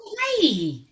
hi